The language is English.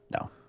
No